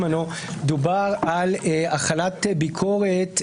דובר על החלת ביקורת,